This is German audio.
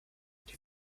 die